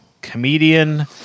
Comedian